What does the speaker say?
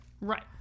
Right